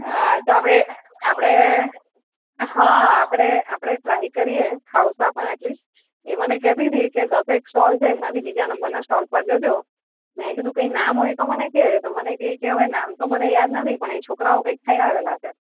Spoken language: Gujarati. હા તો આપણે આપણે હા આપણે આપણે આપણે ટ્રાય કરીએ ખાવસા પણ એટલીસ્ટ એ મને કહેતી તી કે દસેક સ્ટોલ છે એમાંથી બીજા નંબરના સ્ટોલ પર જજો મેં કીધું કાંઈ નામ હોય તો મને કહે હવે યાદ નથી પણ છોકરાઓ હવે કંઈક ખવાયેલા છે